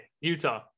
utah